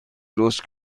رشد